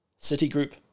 Citigroup